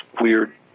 weird